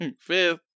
Fifth